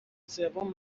سوم